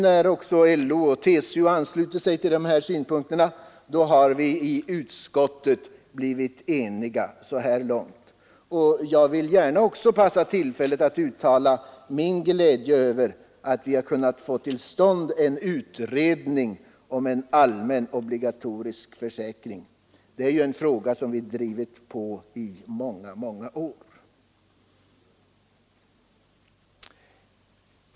När nu även LO och SACO anslutit sig till de här synpunkterna har vi i utskottet kunnat enas i detta avseende. Jag vill också gärna begagna tillfället att uttala min glädje över att vi har kunnat få till stånd en utredning om en allmän obligatorisk arbetslöshetsförsäkring. Det är ju en fråga som vi drivit i många, många år.